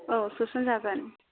औ सोसनजागोन